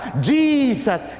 Jesus